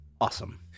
awesome